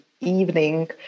evening